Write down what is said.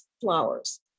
flowers